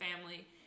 family